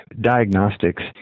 diagnostics